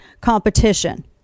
competition